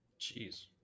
Jeez